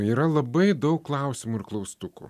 yra labai daug klausimų ir klaustų